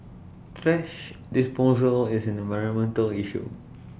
thrash disposal is an environmental issue